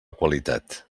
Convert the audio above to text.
qualitat